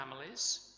families